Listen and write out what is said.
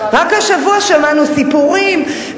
רק השבוע שמענו סיפורים,